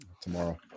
tomorrow